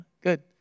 Good